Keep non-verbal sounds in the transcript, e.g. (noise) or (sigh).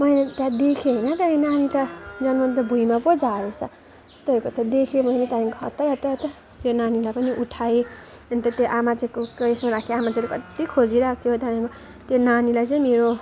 मैले त्यहाँ देखेँ होइन त्यहाँदेखि नानी त जन्माएर त भुइँमा पो झारेछ छ यस्तो हेरेको त देखेँ मैले त्यहाँदेखिको हतार हतार हतार त्यो नानीलाई पनि उठाएँ अन्त त्यो आमा चाहिँको (unintelligible) राखेँ आमा चाहिँले कति खोजिरहेको थियो त्यहाँदेखिको त्यो नानीलाई चाहिँ मेरो